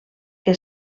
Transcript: que